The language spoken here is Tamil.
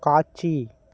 காட்சி